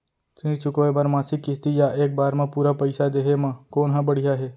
ऋण चुकोय बर मासिक किस्ती या एक बार म पूरा पइसा देहे म कोन ह बढ़िया हे?